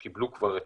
התחלואה.